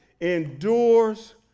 endures